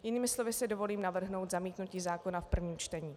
Jinými slovy si dovolím navrhnout zamítnutí zákona v prvním čtení.